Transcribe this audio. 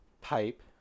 pipe